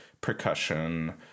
percussion